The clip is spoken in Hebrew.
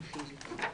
הרווחה והבריאות.